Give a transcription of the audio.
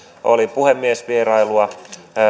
oli puhemiesvierailua